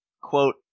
quote